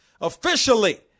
officially